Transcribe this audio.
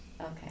Okay